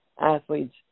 athletes